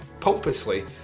pompously